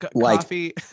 Coffee